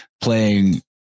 playing